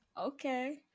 okay